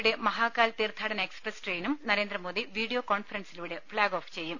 യുടെ മഹാകാൽ തീർത്ഥാടന എക്സ്പ്രസ് ട്രെയിനും നരേ ന്ദ്രമോദി വീഡിയോ കോൺഫറൻസിലൂടെ ഫ്ളാഗ്ഓഫ് ചെയ്യും